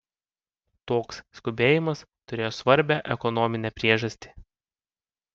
toks skubėjimas turėjo svarbią ekonominę priežastį